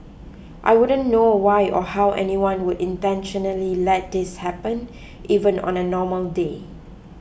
I wouldn't know why or how anyone would intentionally let this happen even on a normal day